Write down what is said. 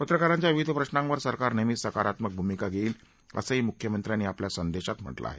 पत्रकारांच्या विविध प्रश्नांवर सरकार नेहमीच सकारात्मक भूमिका घेईल असंही मृख्यमंत्र्यांनी आपल्या संदेशात म्हटलं आहे